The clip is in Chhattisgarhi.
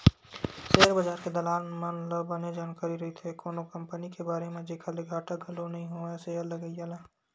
सेयर बजार के दलाल मन ल बने जानकारी रहिथे कोनो कंपनी के बारे म जेखर ले घाटा घलो नइ होवय सेयर लगइया ल